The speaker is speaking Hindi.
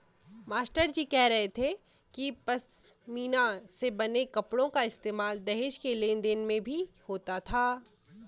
मास्टरजी कह रहे थे कि पशमीना से बने कपड़ों का इस्तेमाल दहेज के लेन देन में भी होता था